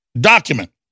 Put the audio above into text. document